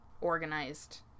organized